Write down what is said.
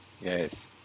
Yes